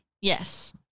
Yes